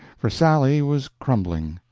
for sally was crumbling.